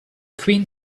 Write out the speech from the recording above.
queen